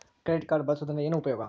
Credit card ಬಳಸುವದರಿಂದ ಏನು ಉಪಯೋಗ?